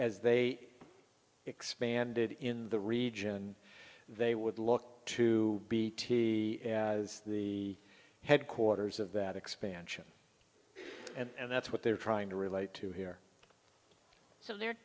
as they expanded in the region they would look to be the headquarters of that expansion and that's what they're trying to relate to here so they're